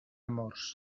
amors